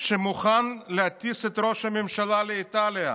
שמוכן להטיס את ראש הממשלה לאיטליה,